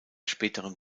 späteren